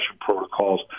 protocols